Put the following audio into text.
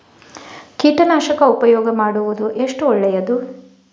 ಕೀಟನಾಶಕ ಉಪಯೋಗ ಮಾಡುವುದು ಎಷ್ಟು ಒಳ್ಳೆಯದು?